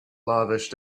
lavish